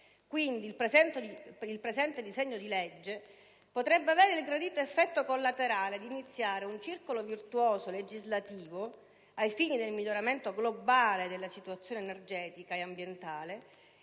Quindi, il presente disegno di legge potrebbe avere il gradito effetto collaterale d'iniziare un circolo virtuoso legislativo ai fini del miglioramento globale della situazione energetica e ambientale,